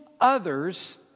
others